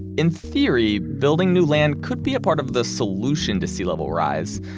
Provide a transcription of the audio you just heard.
in theory, building new land could be a part of the solution to sea level rise.